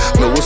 no